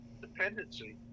dependency